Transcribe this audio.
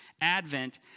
Advent